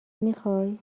میخوای